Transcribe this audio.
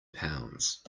pounds